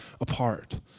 apart